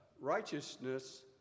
righteousness